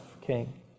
king